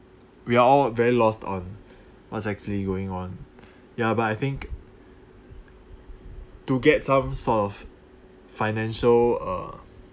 we are all very lost on what's actually going on ya but I think to get some sort of financial